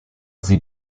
sie